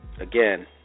again